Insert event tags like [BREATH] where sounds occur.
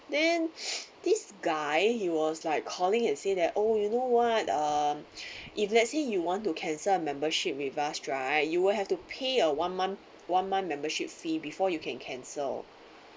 then [BREATH] this guy he was like calling and say that oh you know what uh [BREATH] if let's say you want to cancel membership with us right you will have to pay a one month one month membership fee before you can cancel